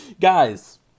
Guys